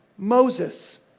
Moses